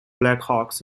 blackhawks